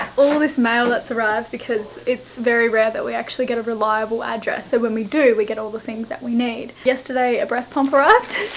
all this mail that's arrived, because its very rare that we actually get a reliable address, so when we do, we get all the things that we need. yesterday a breast pump arrived.